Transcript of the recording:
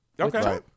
Okay